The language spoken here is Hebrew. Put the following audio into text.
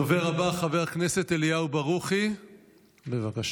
הדובר הבא, חבר הכנסת אליהו ברוכי, בבקשה.